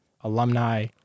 alumni